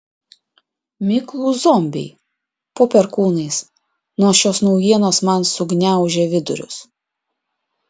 miklūs zombiai po perkūnais nuo šios naujienos man sugniaužė vidurius